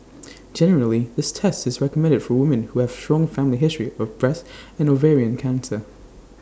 generally this test is recommended for women who have A strong family history of breast and ovarian cancer